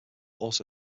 also